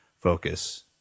focus